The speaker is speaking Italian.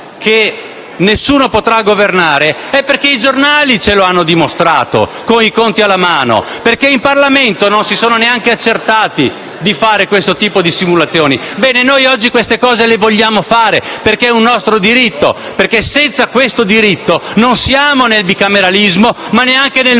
che nessuno potrà governare, è perché i giornali ce lo hanno dimostrato con i conti alla mano, in quanto in Parlamento non si sono neanche preoccupati di fare questo tipo di simulazioni. Noi oggi queste cose le vogliamo fare, perché è un nostro diritto; perché senza questo diritto non siamo nel bicameralismo, e neanche nel